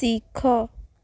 ଶିଖ